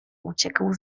uciekł